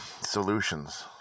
solutions